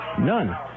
none